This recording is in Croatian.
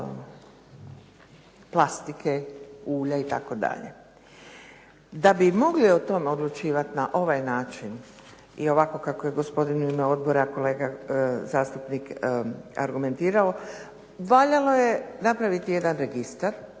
plastike, ulja itd. Da bi mogli o tome odlučivati na ovaj način i ovako kako je gospodin u ime odbora, kolega zastupnik argumentirao, valjalo je napraviti jedan registar